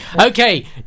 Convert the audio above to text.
okay